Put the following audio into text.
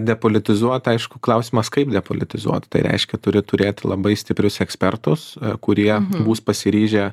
depolitizuot aišku klausimas kaip depolitizuot tai reiškia turi turėti labai stiprius ekspertus kurie bus pasiryžę